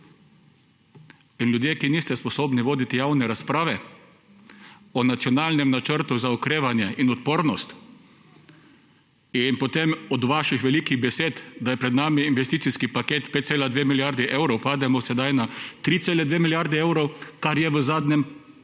Ljudje, ki niste sposobni voditi javne razprave o nacionalnem načrtu za okrevanje in odpornost, in potem od vaših velikih besed, da je pred nami investicijski paket 5,2 milijarde evrov, pademo sedaj na 3,2 milijarde evrov, kar je zapisano